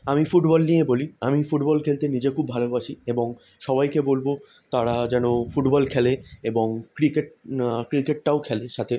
আমি ফুটবল নিয়ে বলি আমি ফুটবল খেলতে নিজে খুব ভালোবাসি এবং সবাইকে বলব তারা যেন ফুটবল খেলে এবং ক্রিকেট ক্রিকেটটাও খেলে সাথে